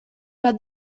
bat